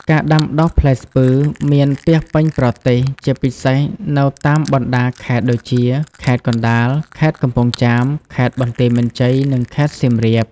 ការដាំដុះផ្លែស្ពឺមានពាសពេញប្រទេស ជាពិសេសនៅតាមបណ្ដាខេត្តដូចជា ខេត្តកណ្ដាល ខេត្តកំពង់ចាម ខេត្តបន្ទាយមានជ័យ និងខេត្តសៀមរាប។